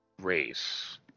race